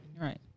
Right